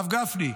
הרב גפני,